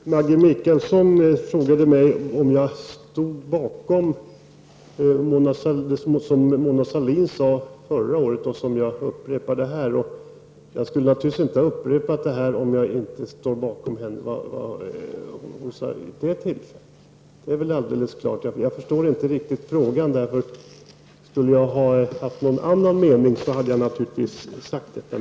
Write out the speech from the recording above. Fru talman! Maggi Mikaelsson frågade mig om jag stod bakom det Mona Sahlin sade förra året och som jag upprepade här. Jag skulle naturligtvis inte ha upprepat det om jag inte står bakom vad hon sade vid det tillfället. Det är väl alldeles klart. Jag förstår inte riktigt frågan. Skulle jag ha haft någon annan mening, hade jag naturligtvis sagt det.